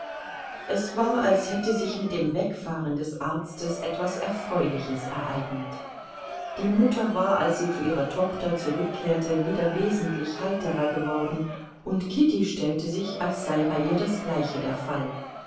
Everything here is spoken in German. es war als hätte sich mit dem wegfahren des arztes etwas erfreuliches ereignet die mutter war als sie zu ihrer tochter zurückkehrte wieder wesentlich heiterer geworden und kitty stellte sich als sei bei ihr das gleiche der fall